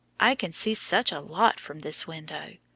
i can see such a lot from this window.